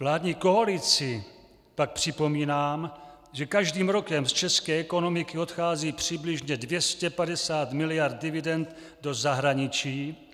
Vládní koalici pak připomínám, že každým rokem z české ekonomiky odchází přibližně 250 mld. dividend do zahraničí,